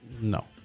No